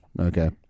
Okay